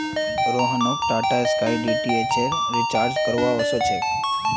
रोहनक टाटास्काई डीटीएचेर रिचार्ज करवा व स छेक